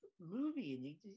movie